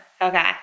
Okay